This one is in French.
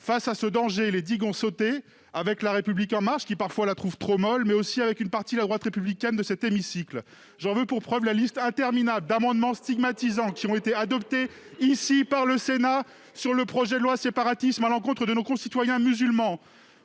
Face à ce danger, les digues ont sauté, avec La République En Marche, qui trouve parfois l'extrême droite trop molle, mais aussi avec une partie de la droite républicaine présente dans cet hémicycle. J'en veux pour preuve la liste interminable d'amendements stigmatisants qui ont été adoptés par le Sénat lors de l'examen du projet de loi « Séparatisme », à l'encontre de nos concitoyens musulmans,